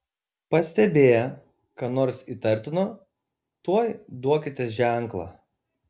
pastebėję ką nors įtartino tuoj duokite ženklą